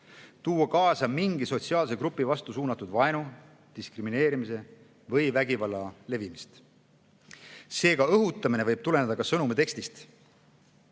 tuua kaasa mingi sotsiaalse grupi vastu suunatud vaenu, diskrimineerimise või vägivalla levimist. Seega, õhutamine võib tuleneda ka sõnumi tekstist.